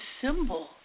symbol